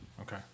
Okay